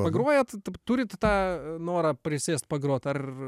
pagrojat turit tą norą prisėst pagrot ar